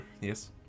yes